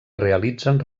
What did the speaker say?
realitzen